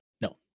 No